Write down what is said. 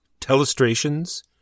Telestrations